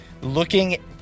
looking